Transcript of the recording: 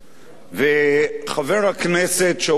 וחבר הכנסת שאול מופז,